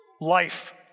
Life